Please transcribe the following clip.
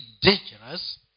dangerous